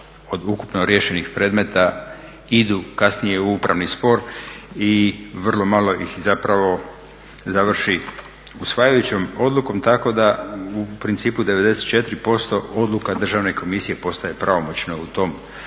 od ukupno riješenih predmeta idu kasnije u upravni spor i vrlo malo ih zapravo završi usvajajućom odlukom. Tako da u principu 94% odluka Državne komisije postaje pravomoćno u tom obliku,